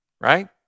Right